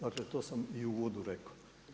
Dakle to sam i u uvodu rekao.